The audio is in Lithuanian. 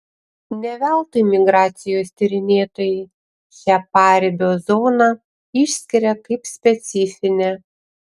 ne veltui migracijos tyrinėtojai šią paribio zoną išskiria kaip specifinę